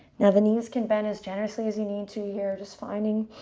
now, the knees can bend as generously as you need to here. just finding